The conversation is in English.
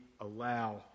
allow